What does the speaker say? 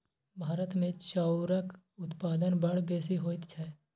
भारतमे चाउरक उत्पादन बड़ बेसी होइत छै